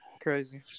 crazy